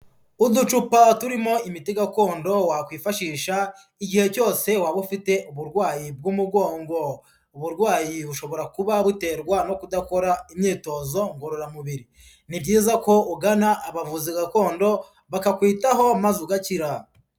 Uducupa turimo imiti gakondo wakwifashisha igihe cyose waba ufite uburwayi bw'umugongo. Uburwayi bushobora kuba buterwa no kudakora imyitozo ngororamubiri. Ni byiza ko ugana abavuzi gakondo, bakakwitaho, maze ugakira.